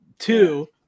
Two